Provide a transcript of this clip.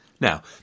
Now